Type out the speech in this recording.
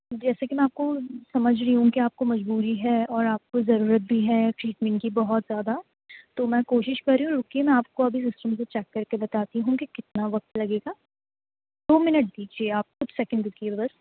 جیسے کہ میں آپ کو سمجھ رہی ہوں کہ آپ کو مجبوری ہے اور آپ کو ضرورت بھی ہے ٹریٹمنٹ کی بہت زیادہ تو میں کوشش کر رہی ہوں رکیے میں آپ کو ابھی سسٹم پہ چیک کر کے بتاتی ہوں کہ کتنا وقت لگے گا دو منٹ دیجیے آپ کچھ سیکنڈ رکیے بس